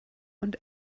und